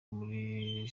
muri